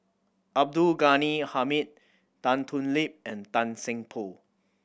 Abdul Ghani Hamid Tan Thoon Lip and Tan Seng Poh